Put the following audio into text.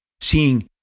seeing